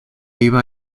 iba